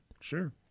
Sure